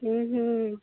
हूं हूं